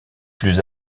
plus